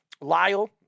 Lyle